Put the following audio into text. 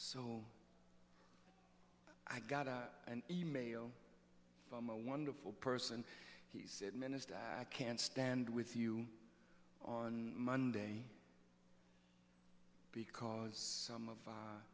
so i got an email from a wonderful person he said minister i can't stand with you on monday because some of